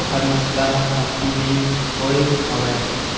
ओखर महत्ता ह कमती नइ होय हवय